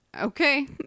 okay